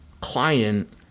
client